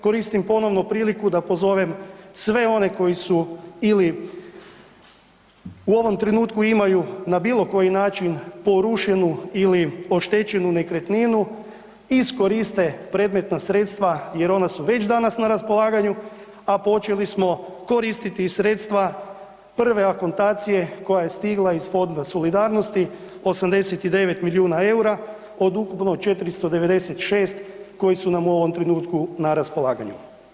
Koristim ponovo priliku da pozovem sve one koji su ili u ovom trenutku imaju na bilo koji način porušenu ili oštećenu nekretninu iskoriste predmetna sredstva jer ona su već danas na raspolaganju, a počeli smo koristiti i sredstva prve akontacije koja je stigla iz Fonda solidarnosti 89 milijuna EUR-a od ukupno 496 koji su nam u ovom trenutku na raspolaganju.